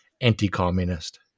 anti-communist